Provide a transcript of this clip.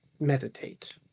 Meditate